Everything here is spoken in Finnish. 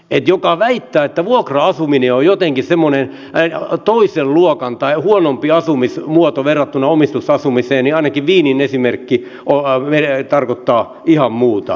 jos joku väittää että vuokra asuminen on jotenkin semmoinen toisen luokan tai huonompi asumismuoto verrattuna omistusasumiseen niin ainakin wienin esimerkki tarkoittaa ihan muuta